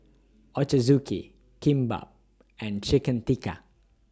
Ochazuke Kimbap and Chicken Tikka